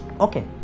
okay